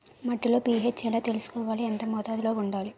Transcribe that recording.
మట్టిలో పీ.హెచ్ ఎలా తెలుసుకోవాలి? ఎంత మోతాదులో వుండాలి?